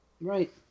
Right